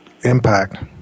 impact